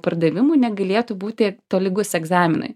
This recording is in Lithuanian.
pardavimų negalėtų būti tolygus egzaminui